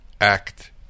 act